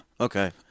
Okay